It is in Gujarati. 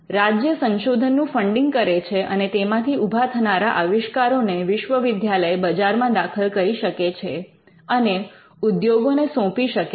રાજ્ય સંશોધનનું ફંડિંગ કરે છે અને તેમાંથી ઉભા થનારા આવિષ્કારોને વિશ્વવિદ્યાલય બજારમાં દાખલ કરી શકે છે અને ઉદ્યોગો ને સોંપી શકે છે